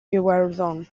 iwerddon